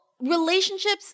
relationships